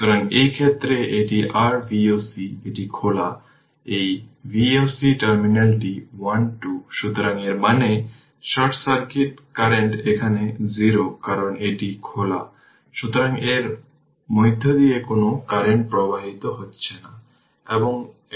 সুতরাং সুইচটি দীর্ঘ সময়ের জন্য ক্লোজ রয়েছে এবং তাই ইন্ডাক্টর জুড়ে ভোল্টেজ অবশ্যই 0 এ t 0 হতে হবে কারণ এটি একটি শর্ট সার্কিট হিসাবে কাজ করবে এবং তাই ইন্ডাক্টর এ প্রাথমিকভাবে কারেন্ট t 0 এ 2 অ্যাম্পিয়ার i L হল 0 এর সমান